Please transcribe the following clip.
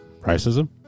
Racism